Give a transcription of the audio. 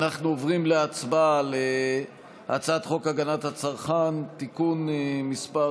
אנחנו עוברים להצבעה על הצעת חוק הגנת הצרכן (תיקון מס'